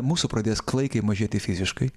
mūsų pradės klaikiai mažėti fiziškai